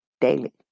daily